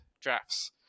drafts